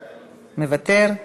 מוותר.